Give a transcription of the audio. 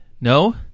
no